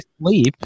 sleep